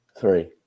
Three